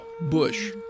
Bush